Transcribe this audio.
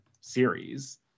series